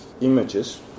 images